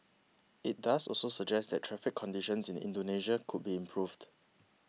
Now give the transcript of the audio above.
it does also suggest that traffic conditions in Indonesia could be improved